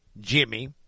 Jimmy